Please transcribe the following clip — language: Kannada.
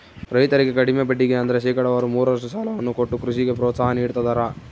ರೈತರಿಗೆ ಕಡಿಮೆ ಬಡ್ಡಿಗೆ ಅಂದ್ರ ಶೇಕಡಾವಾರು ಮೂರರಷ್ಟು ಸಾಲವನ್ನ ಕೊಟ್ಟು ಕೃಷಿಗೆ ಪ್ರೋತ್ಸಾಹ ನೀಡ್ತದರ